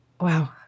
Wow